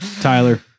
Tyler